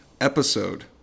episode